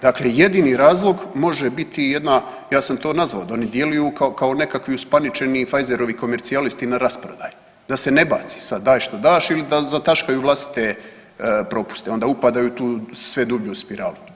Dakle, jedini razlog može biti jedna ja sam to nazvao da oni djeluju kako nekakvi uspaničenih Pfizerovi komercijalisti na rasprodaji, da se ne baci sad daj što daš ili da zataškaju vlastite propuste onda upadaju u tu sve dublju spiralu.